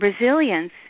resilience